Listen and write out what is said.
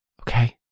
Okay